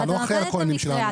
אתה לא אחראי על הכוננים שלנו.